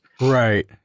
Right